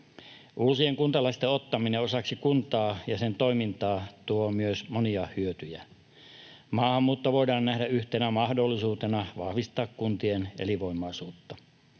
Uusien kuntalaisten ottaminen osaksi kuntaa ja sen toimintaa tuo myös monia hyötyjä. Maahanmuutto voidaan nähdä yhtenä mahdollisuutena vahvistaa kuntien elinvoimaisuutta.